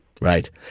Right